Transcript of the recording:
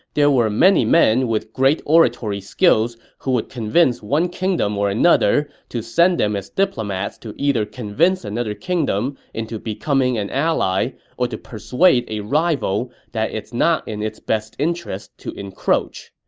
there were many men with great oratory skills who would convince one kingdom or another to send them as diplomats to either convince another kingdom into becoming an ally or to persuade a rival that it's not in its best interest to encroach.